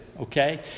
okay